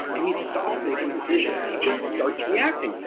and he stops making decisions, he just starts reacting.